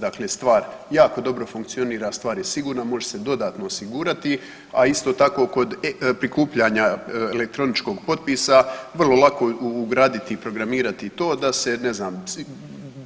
Dakle, stvar jako dobro funkcionira, stvar je sigurna, može se dodatno osigurati a isto tako kod prikupljanja elektroničkog potpisa, vrlo lako ugraditi i programirati to da se ne znam,